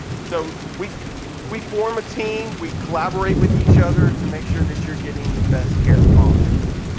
so we we form a team, we collaborate with each other to make sure that you're getting the best care possible.